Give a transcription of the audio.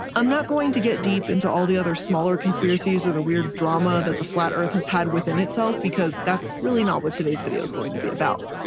i'm not going to get deep into all the other smaller conspiracies or the weird drama that the flat earth has had within itself because that's really not what today's video is going to be about.